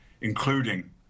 including